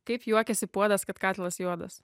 kaip juokiasi puodas kad katilas juodas